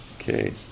Okay